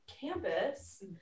campus